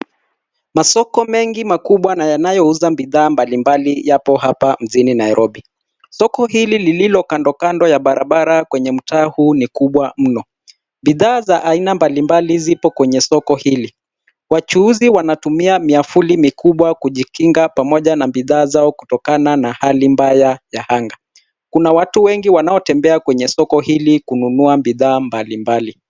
Masoko mengi makubwa na yanayouza bidhaa mbalimbali yapo hapa mjini Nairobi. Soko hili lililo kando, kando ya barabara kwenye mtaa huu ni kubwa mno. Bidhaa za aina mbalimbali zipo kwenye soko hili. Wachuuzi wanatumia miavuli mikubwa kujikinga pamoja na bidhaa zao kutokana na hali mbaya ya anga. Kuna watu wengi wanaotembea kwenye soko hili kununua bidhaa mbalimbali.